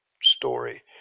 story